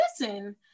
listen